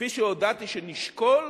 כפי שהודעתי שנשקול,